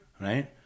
Right